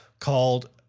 called